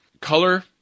color